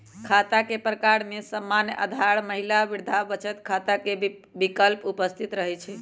खता के प्रकार में सामान्य, आधार, महिला, वृद्धा बचत खता के विकल्प उपस्थित रहै छइ